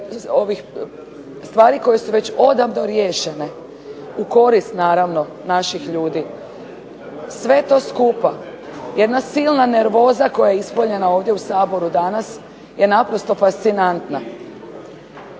stvari koje su već odavno riješene u korist naravno naših ljudi. Sve to skupa, jedna silna nervoza koja je ispoljena ovdje u Saboru danas je naprosto fascinantna.